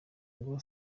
ngo